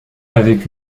avec